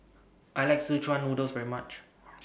I like Szechuan Noodles very much